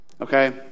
okay